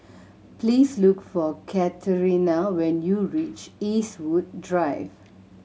please look for Katharina when you reach Eastwood Drive